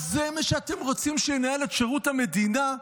אז זה מי שאתם רוצים שינהל את שירות המדינה?